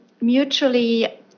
mutually